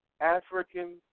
African